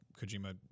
kojima